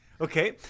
Okay